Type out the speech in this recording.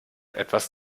etwas